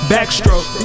Backstroke